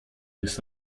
jest